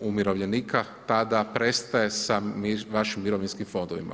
umirovljenika tada prestaje sa vašim mirovinskim fondovima.